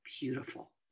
beautiful